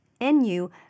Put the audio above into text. NU